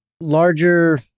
larger